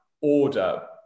order